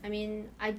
I mean I